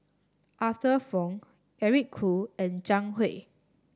Arthur Fong Eric Khoo and Zhang Hui